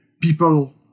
people